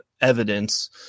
evidence